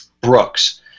Brooks